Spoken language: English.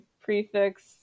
prefix